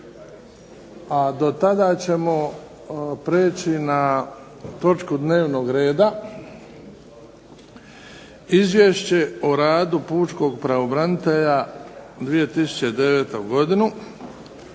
A do tada ćemo preći na točku dnevnog reda - Izvješće o radu pučkog pravobranitelja za 2009. godinu